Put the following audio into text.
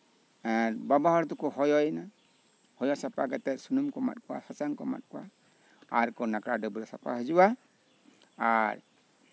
ᱮᱜ ᱵᱟᱵᱟ ᱦᱚᱲ ᱫᱚᱠᱚ ᱦᱚᱭᱚᱭᱮᱱᱟ ᱦᱚᱭᱚ ᱥᱟᱯᱷᱟ ᱠᱟᱛᱮᱜ ᱥᱩᱱᱩᱢ ᱠᱚ ᱮᱢᱟᱜ ᱠᱚᱣᱟ ᱥᱟᱥᱟᱝ ᱠᱚ ᱮᱢᱟᱜ ᱠᱚᱣᱟ ᱟᱫᱚ ᱱᱟᱲᱠᱟ ᱥᱟᱯᱷᱟ ᱦᱤᱡᱩᱜᱼᱟ ᱟᱨ